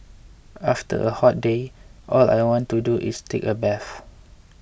after a hot day all I want to do is take a bath